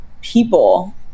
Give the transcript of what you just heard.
people